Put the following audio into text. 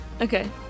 Okay